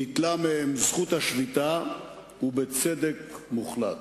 ניטלה מהם זכות השביתה, ובצדק מוחלט.